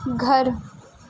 گھر